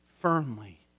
firmly